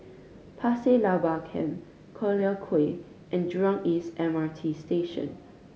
Pasir Laba Camp Collyer Quay and Jurong East M R T Station